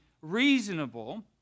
reasonable